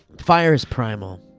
fire is primal.